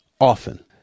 often